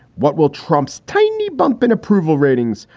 what will trump's tiny bump in approval ratings?